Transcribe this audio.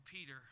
Peter